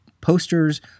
posters